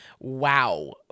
wow